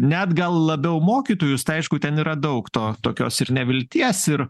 net gal labiau mokytojus tai aišku ten yra daug to tokios ir nevilties ir